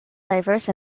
diverse